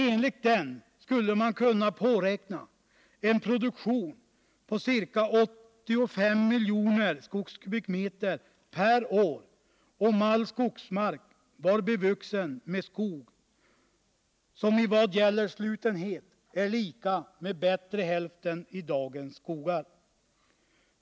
Enligt den skulle man kunna påräkna en produktion på ca 85 miljoner skogskubikmeter per år om all skogsmark var bevuxen med skog som i vad gäller slutenhet är lika med den bättre hälften i dagens skogar.